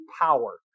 power